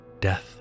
Death